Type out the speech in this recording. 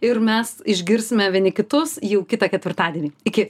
ir mes išgirsime vieni kitus jau kitą ketvirtadienį iki